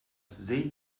they